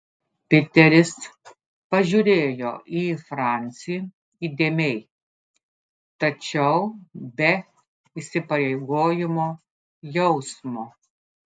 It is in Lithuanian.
piteris pažiūrėjo į francį įdėmiai tačiau be įsipareigojimo jausmo